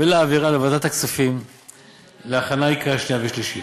ולהעבירה לוועדת הכספים להכנה לקריאה שנייה ושלישית.